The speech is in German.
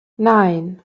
nein